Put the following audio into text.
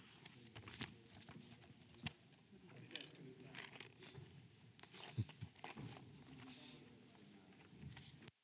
Kiitos,